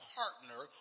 partner